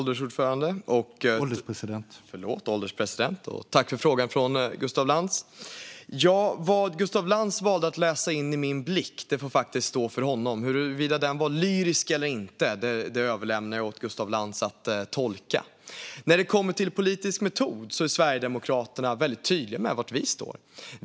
Herr ålderspresident! Jag tackar för frågan från Gustaf Lantz. Vad Gustaf Lantz valde att läsa in i min blick får faktiskt stå för honom. Huruvida den var lyrisk eller inte överlämnar jag åt Gustaf Lantz att avgöra. När det gäller politisk metod är vi i Sverigedemokraterna väldigt tydliga med var vi står.